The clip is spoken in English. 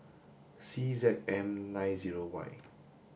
C Z M nine zero Y